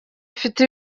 bifite